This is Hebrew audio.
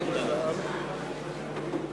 אורי אריאל, סליחה, אני,